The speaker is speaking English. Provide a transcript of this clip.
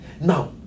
Now